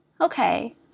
okay